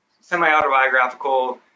semi-autobiographical